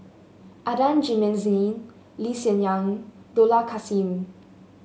Adan Jimenez Lee Hsien Yang Dollah Kassim